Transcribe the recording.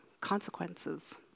consequences